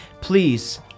please